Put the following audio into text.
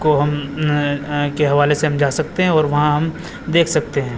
کو ہم کے حوالے سے ہم جا سکتے ہیں اور وہاں ہم دیکھ سکتے ہیں